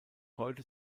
heute